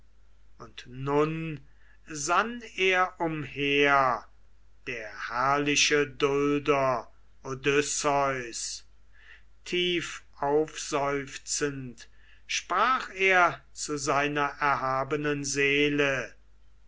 und nun sann er umher der herrliche dulder odysseus tiefaufseufzend sprach er zu seiner erhabenen seele